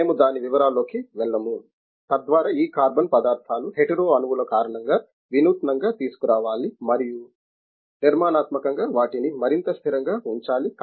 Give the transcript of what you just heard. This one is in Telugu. మేము దాని వివరాలలోకి వెళ్ళము తద్వారా ఈ కార్బన్ పదార్థాలు హెటెరో అణువు ల కారణంగా వినూత్నంగా తీసుకురావాలి మరియు నిర్మాణాత్మకంగా వాటిని మరింత స్థిరంగా ఉంచాలి